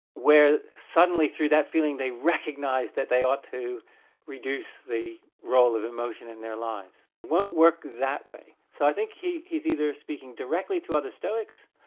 where suddenly through that feeling they recognise that they ought to reduce the role of emotion in their lives. they won't work that way. so i think he's either speaking directly to other stoics,